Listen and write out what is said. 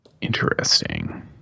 Interesting